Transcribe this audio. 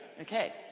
okay